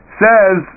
says